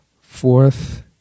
Fourth